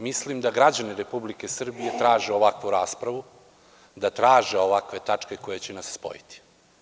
Mislim da građani Republike Srbije traže ovakvu raspravu, da traže ovakve tačke koje će nas spojiti.